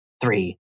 three